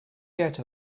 get